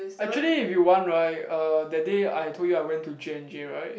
actually if you want right uh that day I told you I went to J-and-J right